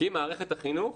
כי מערכת החינוך